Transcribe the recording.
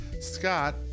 Scott